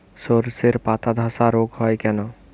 শর্ষের পাতাধসা রোগ হয় কেন?